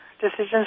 decisions